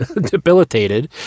debilitated